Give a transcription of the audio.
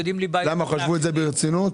למה, חשבו את זה ברצינות?